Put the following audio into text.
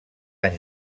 anys